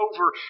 over